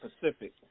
Pacific